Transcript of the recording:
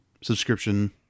subscription